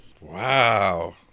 Wow